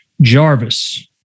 Jarvis